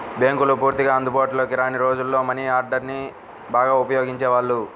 బ్యేంకులు పూర్తిగా అందుబాటులోకి రాని రోజుల్లో మనీ ఆర్డర్ని బాగా ఉపయోగించేవాళ్ళు